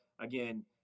again